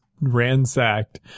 ransacked